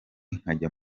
nkajya